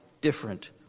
different